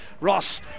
Ross